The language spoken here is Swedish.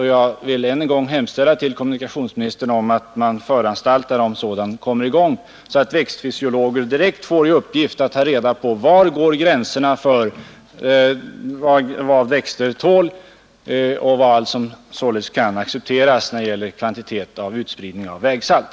Jag vill än en gång hemställa till kommunikationsministern om att han föranstaltar om att sådan forskning kommer i gång så att växtfysiologer direkt får till uppgift att ta reda på var gränserna går för vad växter tål och vilken kvantitet som således kan accepteras när det gäller utspridning av vägsalt.